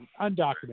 undocumented